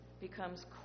becomes